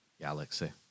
Galaxy